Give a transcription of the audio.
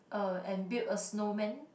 uh and build a snowman